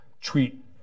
treat